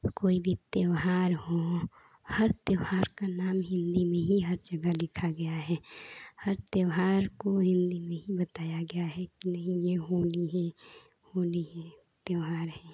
तो कोई भी त्योहार हो हर त्योहार का नाम हिन्दी में ही हर जगह लिखा गया है हर त्योहार को हिन्दी में ही बताया गया है कि नहीं यह होली है होली है त्योहार है